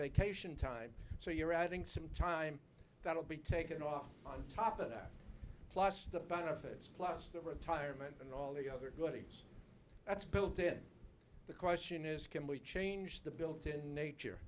vacation time so you're adding some time that will be taken off on top of that plus the benefits plus the retirement and all the other goodies that's built in the question is can we change the builtin nature